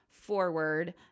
forward